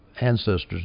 ancestors